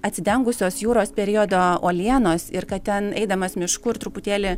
atsidengusios jūros periodo uolienos ir kad ten eidamas mišku ir truputėlį